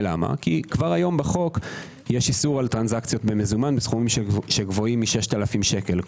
כבר כיום בחוק יש איסור על העברות במזומן בסכומים שגבוהים מ-6,000 שקל,